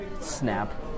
snap